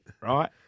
right